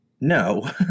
No